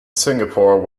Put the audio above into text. singapore